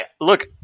Look